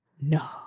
no